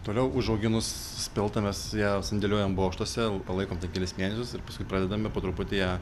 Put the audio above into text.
toliau užauginus speltą mes ją sandėliuojam bokštuose palaikom ten kelis mėnesius ir paskui pradedame po truputį ją